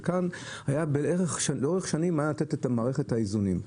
וכאן לאורך שנים היה לתת את מערכת האיזונים.